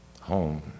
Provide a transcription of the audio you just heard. Home